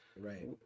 right